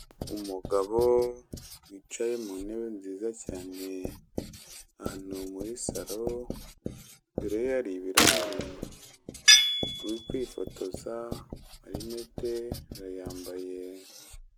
Umugabo yicaye mu ntebe nziza cyane ahantu muri saro, imbere ye hari ibirahure, uri kwifotoza amarinete yayambaye.